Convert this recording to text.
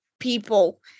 people